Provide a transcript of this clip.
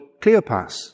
Cleopas